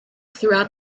throughout